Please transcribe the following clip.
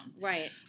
Right